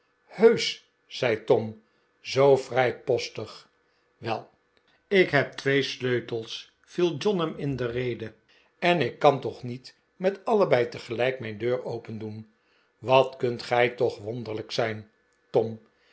heusch zei tom zoo vrijpostig wel ik heb twee sleutels viel john hem in de rede en ik kan toch niet met allebei tegelijk mijn deur opendoen wat kunt gij toch wonderlijk zijn tom